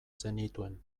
zenituen